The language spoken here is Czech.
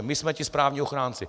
My jsme ti správní ochránci.